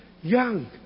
young